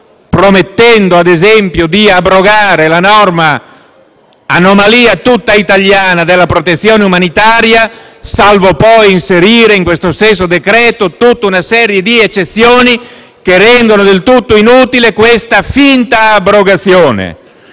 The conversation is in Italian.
promettendo, ad esempio, di abrogare la norma (anomalia tutta italiana) della protezione umanitaria, salvo poi inserire in questo stesso testo tutta una serie di eccezioni che rendono del tutto inutile questa finta abrogazione,